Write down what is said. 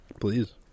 please